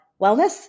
wellness